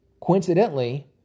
Coincidentally